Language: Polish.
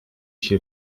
się